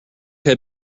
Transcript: had